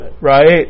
right